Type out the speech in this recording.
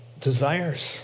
desires